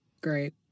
Great